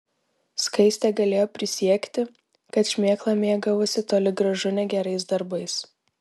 skaistė galėjo prisiekti kad šmėkla mėgavosi toli gražu ne gerais darbais